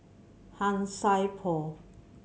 Han Sai Por